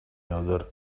other